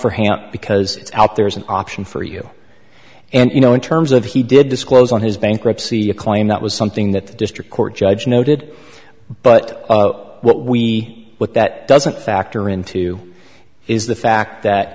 for hand because it's out there is an option for you and you know in terms of he did disclose on his bankruptcy a claim that was something that the district court judge noted but what we what that doesn't factor into is the fact that